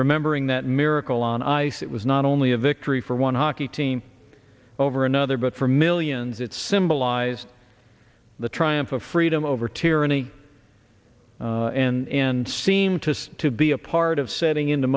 remembering that miracle on ice it was not only a victory for one hockey team over another but for millions it symbolized the triumph of freedom over tyranny and seem to to be a part of setting into